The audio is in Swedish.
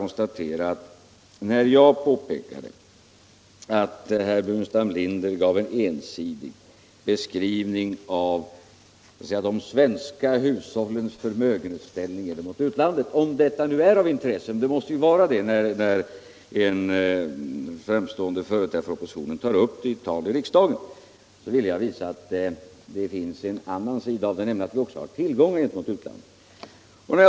När jag påpekade att herr Burenstam Linder gav en ensidig beskrivning av de svenska hushållens förmögenhetsställning gentemot utlandet — detta måste väl vara av intresse när en framstående företrädare för oppositionen tar upp det i ett tal i riksdagen — ville jag visa att det finns en annan sida, nämligen att vi också har tillgångar gentemot utlandet.